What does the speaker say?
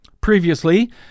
Previously